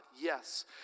Yes